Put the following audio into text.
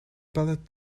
bullet